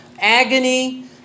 agony